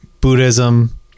buddhism